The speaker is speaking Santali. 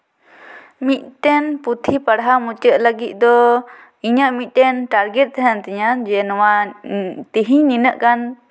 ᱢᱤᱫᱴᱮᱱ ᱯᱩᱸᱛᱷᱤ ᱯᱟᱲᱦᱟᱣ ᱢᱩᱪᱟᱹᱫ ᱞᱟᱹᱜᱤᱫ ᱫᱚ ᱤᱧᱟᱹᱜ ᱢᱤᱫᱴᱮᱱ ᱴᱟᱨᱜᱮᱴ ᱛᱟᱦᱮᱸᱱ ᱛᱤᱧᱟ ᱡᱮ ᱱᱚᱶᱟ ᱛᱮᱦᱤᱧ ᱱᱤᱱᱟᱹᱜ ᱜᱟᱱ